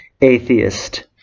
atheist